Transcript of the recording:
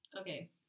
Okay